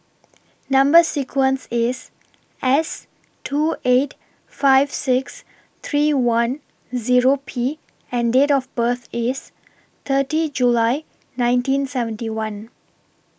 Number sequence IS S two eight five six three one Zero P and Date of birth IS thirty July nineteen seventy one